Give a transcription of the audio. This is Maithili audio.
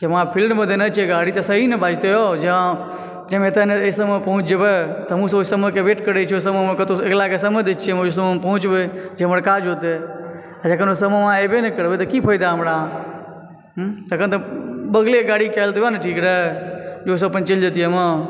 जब अहाँ फ़ील्ड मे देने छियै गाड़ी तऽ सही ने बजतै हौ जे हम एते नहि एते समय पर पहुँच जेबै तऽ हमहुँ सब ओहि समय के वेट करै छी ओहि समय पर कतौ सॅं अगिला के समय दै छियै हमे ओहि समय पर पहुँचबे जे हमर काज होते जखन ओ समयमे अहाँ एबय नहि करबै तऽ की फ़ायदा हमरा तखन तऽ बगले गाड़ी कय लेब वएह ने ठीक रहय जे ओहिसॅं हम अपन चलि जैतिए र